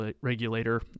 regulator